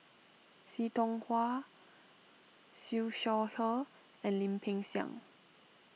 See Tiong Wah Siew Shaw Her and Lim Peng Siang